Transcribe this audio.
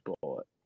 bullet